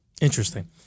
Interesting